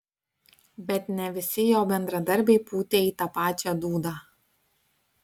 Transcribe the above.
bet ne visi jo bendradarbiai pūtė į tą pačią dūdą